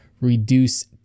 reduce